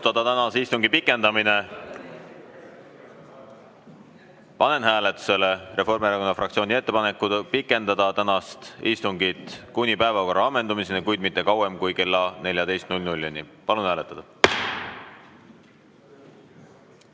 otsustada tänase istungi pikendamine. Panen hääletusele Reformierakonna fraktsiooni ettepaneku pikendada tänast istungit kuni päevakorra ammendumiseni, kuid mitte kauem kui kella 14‑ni. Palun hääletada!